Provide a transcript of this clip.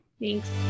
thanks